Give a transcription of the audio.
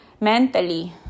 mentally